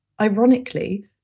Ironically